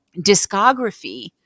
discography